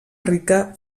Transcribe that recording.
rica